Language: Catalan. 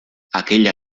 aquella